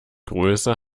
größe